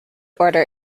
order